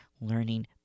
learning